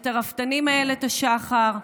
את הרפתנים באיילת השחר,